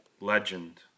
Legend